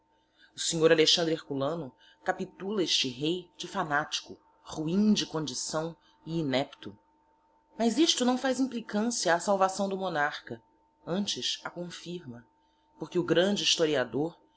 o snr a herculano capitula este rei de fanatico ruim de condição e inepto mas isto não faz implicancia á salvação do monarcha antes a confirma porque o grande historiador